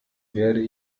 werde